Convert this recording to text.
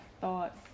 thoughts